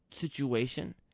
situation